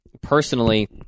personally